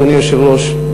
אדוני היושב-ראש,